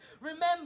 Remember